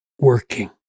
working